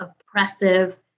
oppressive